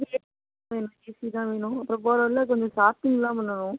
எ எனக்கு ஏசி தான் வேணும் அப்புறம் போகிற வழியில கொஞ்சம் ஷாப்பிங்லாம் பண்ணணும்